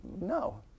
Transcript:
no